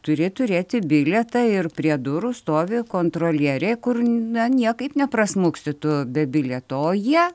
turi turėti bilietą ir prie durų stovi kontrolierė kur na niekaip neprasmuksi tu be bilieto o jie